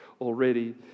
already